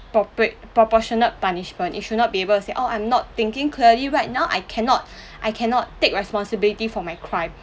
~ppropriate proportionate punishment you should not be able to say orh I'm not thinking clearly right now I cannot I cannot take responsibility for my crime